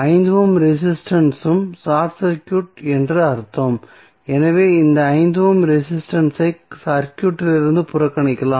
5 ohms resistance உம் short circuit என்று அர்த்தம் எனவே இந்த 5 ஓம் ரெசிஸ்டன்ஸ் ஐ சர்க்யூட்டிலிருந்து புறக்கணிக்கலாம்